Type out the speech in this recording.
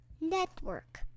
network